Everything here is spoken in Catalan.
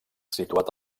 situat